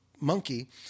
monkey